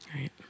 right